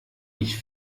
ich